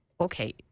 Okay